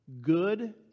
good